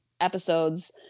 episodes